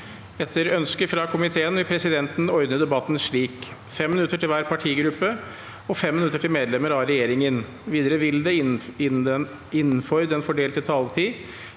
forsvarskomiteen vil presidenten ordne debatten slik: 5 minutter til hver partigruppe og 5 minutter til medlemmer av regjeringen. Videre vil det – innenfor den fordelte taletid